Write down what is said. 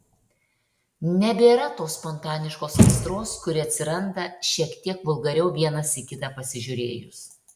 nebėra tos spontaniškos aistros kuri atsiranda šiek tiek vulgariau vienas į kitą pasižiūrėjus